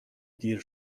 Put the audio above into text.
دیر